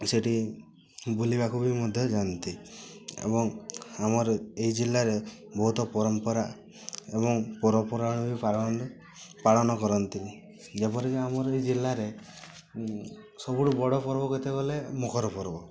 ସେଠି ବୁଲିବାକୁ ବି ମଧ୍ୟ ଯା'ନ୍ତି ଏବଂ ଆମର ଏହି ଜିଲ୍ଲାରେ ବହୁତ ପରମ୍ପରା ଏବଂ ପରମ୍ପରା ପାଳନ ପାଳନ କରନ୍ତି ଯେପରିକି ଆମର ଏହି ଜିଲ୍ଲାରେ ସବୁଠୁ ବଡ଼ ପର୍ବ କେତେବେଳେ ମକର ପର୍ବ